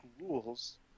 rules